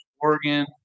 Oregon